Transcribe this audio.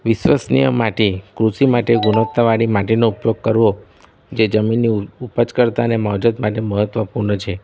વિશ્વસનિય માટે કૃષિ માટે ગુણવત્તાવાળી માટીનો ઉપયોગ કરવો જે જમીનની ઉપજ કરતાં ને માવજત માટે મહત્ત્વપૂર્ણ છે